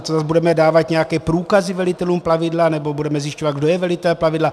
To zase budeme dávat nějaké průkazy velitelům plavidla nebo budeme zjišťovat, kdo je velitelem plavidla?